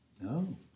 No